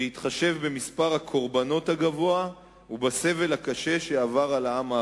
בהתחשב במספר הקורבנות הגבוה ובסבל הקשה שעבר העם הארמני.